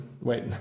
wait